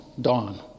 dawn